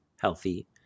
healthy